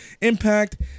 Impact